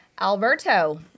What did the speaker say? Alberto